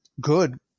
good